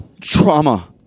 trauma